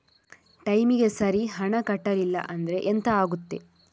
ಟೈಮಿಗೆ ಸರಿ ಹಣ ಕಟ್ಟಲಿಲ್ಲ ಅಂದ್ರೆ ಎಂಥ ಆಗುತ್ತೆ?